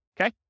okay